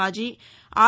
bhaji are